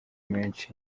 amahirwe